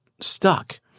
stuck